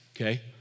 okay